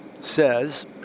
says